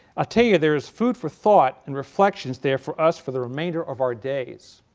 ah tell you there is food for thought in reflections there for us for the remainder of our days.